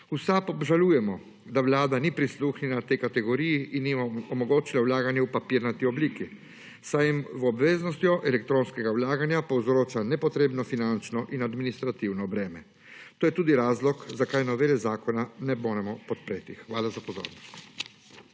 SAB obžalujemo, da Vlada ni prisluhnila tej kategoriji in jim ni omogočila vlaganje v papirnati obliki, saj jim v obveznostjo elektronskega vlaganja povzroča nepotrebno finančno in administrativno breme. To je tudi razlog zakaj novele zakona ne moremo podpreti. Hvala za pozornost.